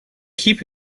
keep